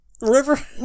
river